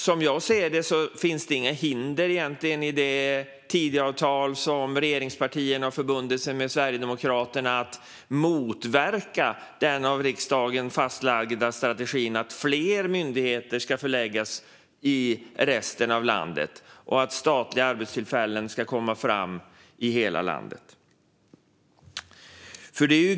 Som jag ser det finns det egentligen inga hinder i Tidöavtalet, som regeringspartierna tillsammans med Sverigedemokraterna har förbundit sig till, för detta. Inget säger att man måste motverka den av riksdagen fastlagda strategin att fler myndigheter ska förläggas i resten av landet och att statliga arbetstillfällen ska skapas i hela landet.